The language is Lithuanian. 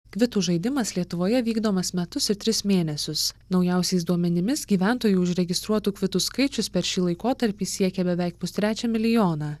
kvitų žaidimas lietuvoje vykdomas metus ir tris mėnesius naujausiais duomenimis gyventojų užregistruotų kvitų skaičius per šį laikotarpį siekė beveik pustrečio milijoną